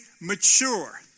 mature